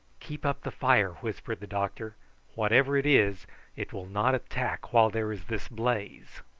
keep up the fire, whispered the doctor whatever it is it will not attack while there is this blaze.